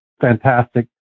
fantastic